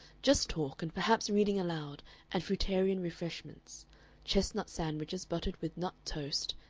just talk and perhaps reading aloud and fruitarian refreshments chestnut sandwiches buttered with nut tose,